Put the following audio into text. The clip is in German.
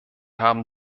haben